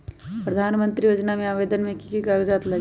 प्रधानमंत्री योजना में आवेदन मे की की कागज़ात लगी?